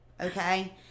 Okay